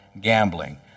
gambling